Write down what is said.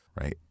right